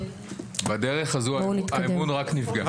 בדרך הזו האמון רק נפגע.